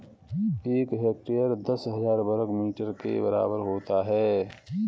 एक हेक्टेयर दस हजार वर्ग मीटर के बराबर होता है